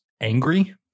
angry